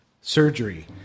surgery